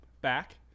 back